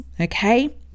Okay